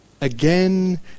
again